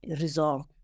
resolve